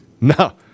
No